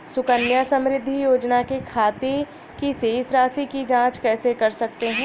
सुकन्या समृद्धि योजना के खाते की शेष राशि की जाँच कैसे कर सकते हैं?